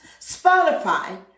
Spotify